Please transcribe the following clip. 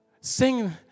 sing